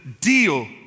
deal